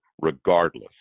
regardless